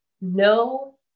no